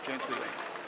Dziękuję.